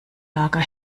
lager